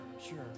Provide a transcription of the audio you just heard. sure